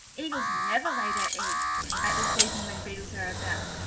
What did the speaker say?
eagles never lay their eggs at the season when beetles are about.